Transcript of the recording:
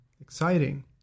exciting